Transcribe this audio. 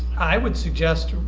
i would suggest